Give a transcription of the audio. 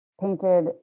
painted